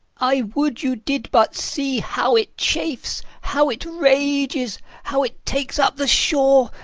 i would you did but see how it chafes, how it rages, how it takes up the shore!